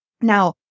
Now